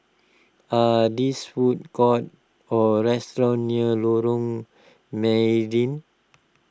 are this food courts or restaurants near Lorong Mydin